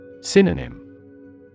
Synonym